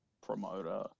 promoter